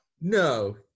No